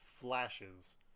flashes